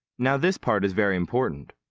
now this part is very important.